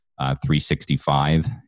365